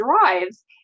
drives